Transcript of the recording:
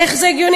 איך זה הגיוני?